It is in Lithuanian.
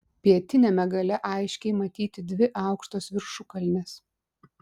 pietiniame gale aiškiai matyti dvi aukštos viršukalnės